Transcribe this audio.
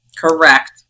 correct